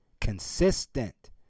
consistent